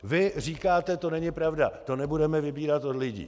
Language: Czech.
Vy říkáte to není pravda, to nebudeme vybírat od lidí.